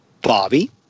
Bobby